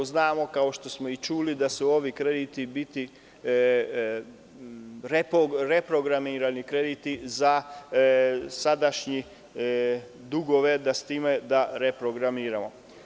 Znamo, kao što smo i čuli da će ovi krediti biti reprogrami radi kredita za sadašnje dugove, da ih reprogramiramo.